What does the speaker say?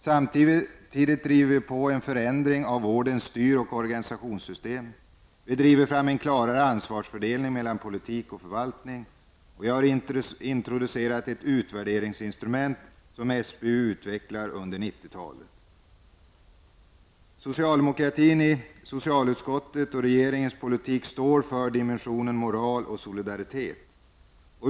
Samtidigt är vi pådrivande i arbetet på en förändring av vårdens styr och organisationssystem. Vi driver på för att få en klarare ansvarsfördelning mellan politik och förvaltning. Vidare har vi introducerat ett utvärderingsinstrument som SBU utvecklar under 1990-talet. Socialdemokraterna i socialutskottet och regeringen i sin politik står för dimensionen moral och solidaritet.